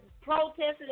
protesting